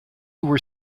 were